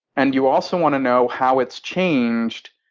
and you also want to know how it's changed.